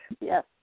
Yes